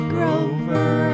Grover